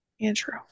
Andrew